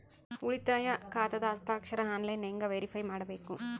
ಉಳಿತಾಯ ಖಾತಾದ ಹಸ್ತಾಕ್ಷರ ಆನ್ಲೈನ್ ಹೆಂಗ್ ವೇರಿಫೈ ಮಾಡಬೇಕು?